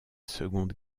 seconde